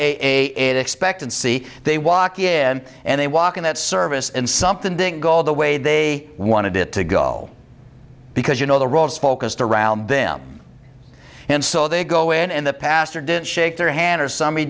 a expectancy they walk in and they walk in that service and something didn't go all the way they wanted it to go because you know the role is focused around them and so they go in and the pastor didn't shake their hand or somebody